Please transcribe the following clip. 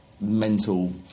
mental